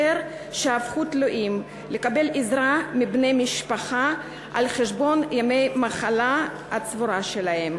שהפכו תלויים בקבלת עזרה מבני משפחה על חשבון ימי מחלה הצבורה שלהם.